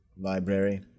library